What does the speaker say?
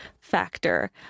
factor